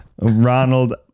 Ronald